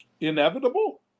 Inevitable